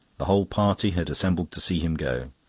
the whole party had assembled to see him go.